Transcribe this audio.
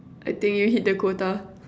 I think you hit the quota